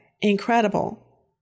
incredible